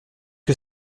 que